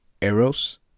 eros